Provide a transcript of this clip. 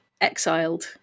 exiled